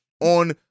on